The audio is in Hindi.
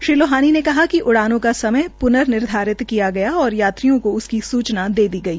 श्री लोहानी ने कहा कि उड़ानें का समय पुनर्निधारित किया गया और यात्रियों को उसकी सूचना दे दी गई